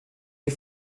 die